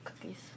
cookies